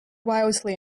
wildly